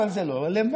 אבל זה לא רלוונטי,